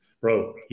Bro